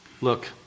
Look